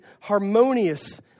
harmonious